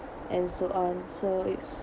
and so on so it's